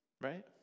Right